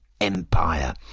Empire